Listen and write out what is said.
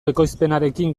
ekoizpenarekin